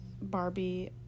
Barbie